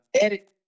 Edit